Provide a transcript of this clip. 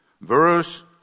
verse